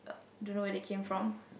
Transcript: don't know where they came from